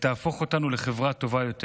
ותהפוך אותנו לחברה טובה יותר.